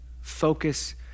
focus